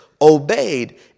obeyed